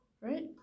Right